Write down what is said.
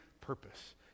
purpose